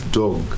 dog